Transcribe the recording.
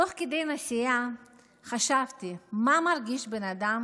תוך כדי נסיעה חשבתי מה מרגיש בן אדם